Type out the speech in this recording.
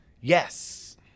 Yes